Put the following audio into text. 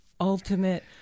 ultimate –